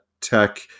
tech